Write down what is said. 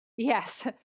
yes